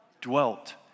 dwelt